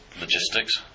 logistics